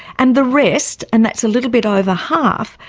and the rest, and that's a little bit over half,